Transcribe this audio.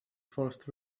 forced